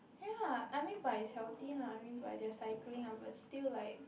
ya I mean but is healthy lah I mean but they are cycling lah but still like